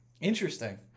Interesting